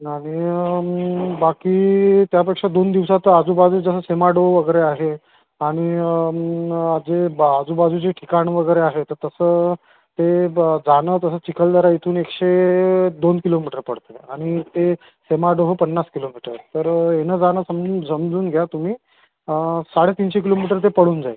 आणि बाकी त्यापेक्षा दोन दिवसांत आजूबाजूचा जसं सिमाडोह वगैरे आहे आणि जे आजूबाजूचे ठिकाण वगैरे आहे तसं ते जाणं तसं चिखलदरा इथून एकशे दोन किलोमीटर पडते आणि ते सिमाडो पन्नास किलोमीटर तर येणंजाणं समजून समजून घ्या तुम्ही साडेतीनशे किलोमीटर ते पडून जाईल